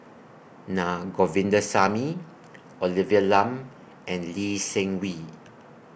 Na Govindasamy Olivia Lum and Lee Seng Wee